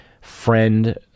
Friend